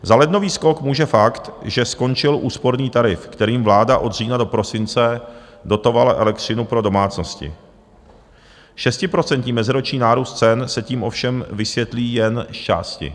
Za lednový skok může fakt, že skončil úsporný tarif, kterým vláda od října do prosince dotovala elektřinu pro domácnosti, 6% meziroční nárůst cen se tím ovšem vysvětlí jen zčásti.